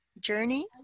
journey